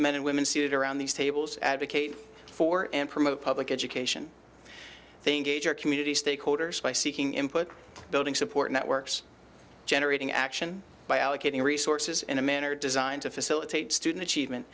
men and women sit around these tables advocate for and promote public education thing gauger community stakeholders by seeking input building support networks generating action by allocating resources in a manner designed to facilitate student achievement